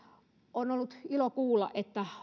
on ollut ilo kuulla että